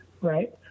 Right